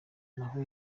naho